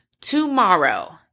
tomorrow